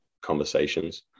conversations